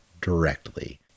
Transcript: directly